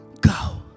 go